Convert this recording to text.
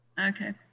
Okay